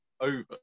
over